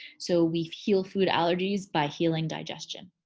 so we've healed food allergies by healing digestion.